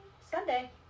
Sunday